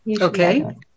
okay